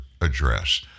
address